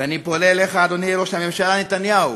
ואני פונה אליך, אדוני ראש הממשלה נתניהו,